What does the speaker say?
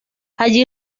allí